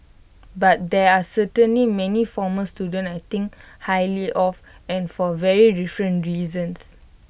but there are certainly many former students I think highly of and for very different reasons